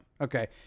Okay